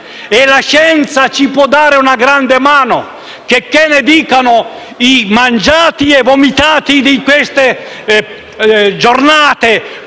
e la scienza ci può dare una grande mano, checché ne dicano i mangiati e vomitati di queste giornate